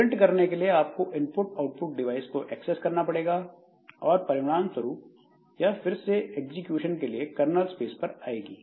print करने के लिए आपको इनपुट आउटपुट डिवाइस को एक्सेस करना पड़ेगा और परिणाम स्वरूप यह फिर से एग्जिक्यूशन के लिए कर्नल स्पेस पर जाएगी